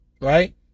right